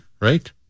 right